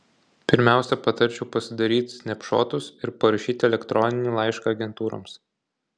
pirmiausia patarčiau pasidaryt snepšotus ir parašyt elektroninį laišką agentūroms